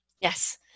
Yes